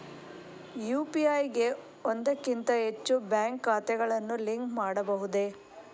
UPI ಗೆ ಒಂದಕ್ಕಿಂತ ಹೆಚ್ಚು ಬ್ಯಾಂಕ್ ಖಾತೆಗಳನ್ನು ಲಿಂಕ್ ಮಾಡಬಹುದೇ?